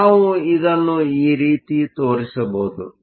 ಆದ್ದರಿಂದ ನಾವು ಇದನ್ನು ಈ ರೀತಿ ತೋರಿಸಬಹುದು